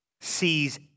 sees